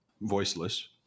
voiceless